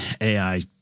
AI